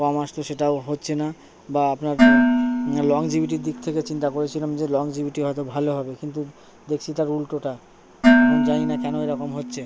কম আসছে সেটাও হচ্ছে না বা আপনার লনজিভিটির দিক থেকে চিন্তা করেছিলাম যে লনজিভিটি হয়তো ভালো হবে কিন্তু দেখছি তার উল্টোটা এখন জানি না কেন এরকম হচ্ছে